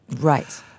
Right